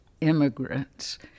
immigrants